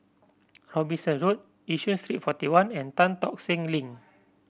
Robinson Road Yishun Street Forty One and Tan Tock Seng Link